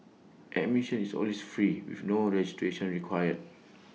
admission is always free with no registration required